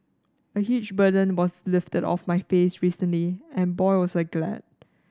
a huge burden was lifted off my face recently and boy was I glad